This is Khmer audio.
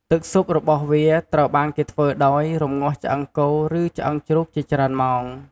ទឺកស៊ុបរបស់វាត្រូវបានគេធ្វើដោយ រំងាស់ឆ្អឹងគោ ឬឆ្អឺងជ្រូកជាច្រើនម៉ោង។